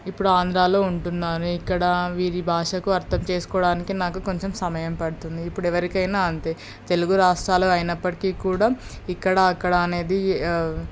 ఇప్పుడు ఆంధ్రాలో ఉంటున్నాను ఇక్కడ వీరి భాషకు అర్థం చేసుకోవడానికి నాకు కొంచెం సమయం పడుతుంది ఇప్పుడు ఎవరికైనా అంతే తెలుగు రాష్ట్రాలు అయినప్పటికీ కూడా ఇక్కడ అక్కడ అనేది